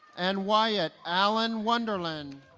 and wyatt allen wunderlin.